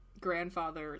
grandfather